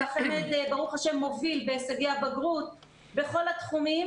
כי החמ"ד ברוך השם מוביל בהישגי הבגרות בכל התחומים,